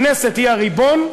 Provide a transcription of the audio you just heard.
הכנסת היא הריבון,